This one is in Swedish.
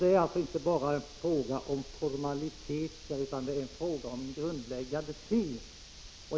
Det är alltså inte bara fråga om formaliteter, utan om en grundläggande syn.